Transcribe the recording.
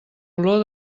olor